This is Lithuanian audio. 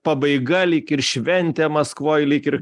pabaiga lyg ir šventė maskvoj lyg ir